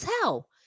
tell